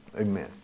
Amen